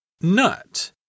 Nut